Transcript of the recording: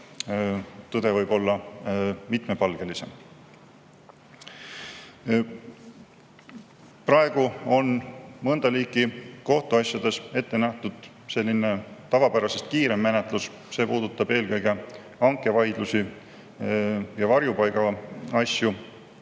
tõde võib olla mitmepalgelisem. Praegu on mõnda liiki kohtuasjades ette nähtud tavapärasest kiirem menetlus. See puudutab eelkõige hankevaidlusi ja varjupaigaasju